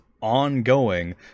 ongoing